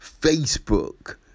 Facebook